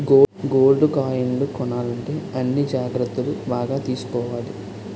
gold కాయిన్లు కొనాలంటే అన్ని జాగ్రత్తలు బాగా తీసుకోవాలి